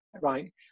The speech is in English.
right